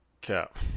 Cap